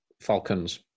Falcons